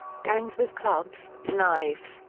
gangs with clubs, knives,